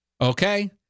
okay